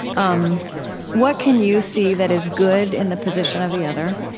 um what can you see that is good in the position of the other,